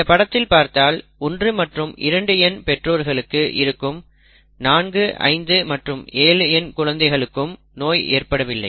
இந்த படத்தில் பார்த்தால் 1 மற்றும் 2 எண் பெற்றோர்களுக்கு இருக்கும் 4 5 மற்றும் 7 எண் குழந்தைகளுக்கு நோய் ஏற்படவில்லை